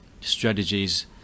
strategies